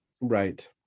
Right